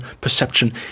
perception